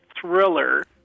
thriller